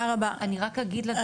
אני רק אגיד שתי מילים.